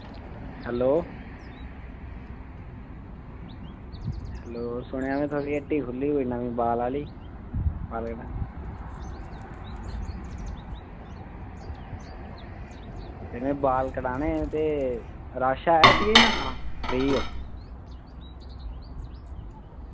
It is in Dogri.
हैलो हैलो सुनेआ में थुआढ़ी कोई हट्टी खुह्ल्ली दी बाल बाल कटाने आह्ली ते में बाल कटाने हे ते रश ऐ हट्टिया जां फ्री ओ